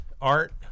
art